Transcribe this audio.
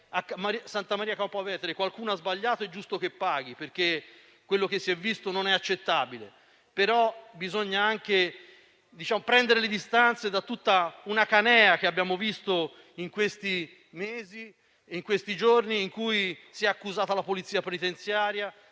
Santa Maria Capua Vetere qualcuno ha sbagliato, è giusto che paghi, perché quello che si è visto non è accettabile, ma bisogna anche prendere le distanze da tutta una canea che abbiamo visto in questi mesi e giorni, in cui si è accusata la Polizia penitenziaria,